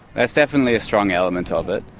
that's definitely a strong element of it.